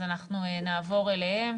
נעבור אליהם.